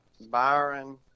Byron